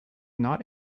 not